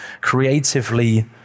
creatively